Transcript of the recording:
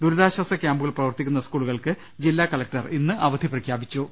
ദുരിതാശ്വാസ ക്യാമ്പുകൾ പ്രവർത്തിക്കുന്ന സ്കൂളുകൾക്ക് കളക്ടർ ഇന്ന് അവധി പ്രഖ്യാപിച്ചിട്ടുണ്ട്